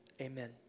amen